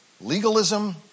Legalism